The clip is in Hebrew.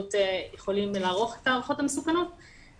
הבריאות יכולים לערוך את הערכות המסוכנות,